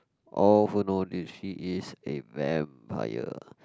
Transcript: oh who know that she is a vampire